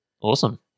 Awesome